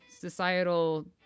societal